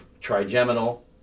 trigeminal